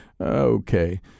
Okay